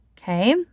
Okay